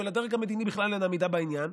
ולדרג המדיני בכלל אין עמידה בעניין,